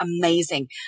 amazing